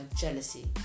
jealousy